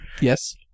Yes